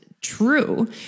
true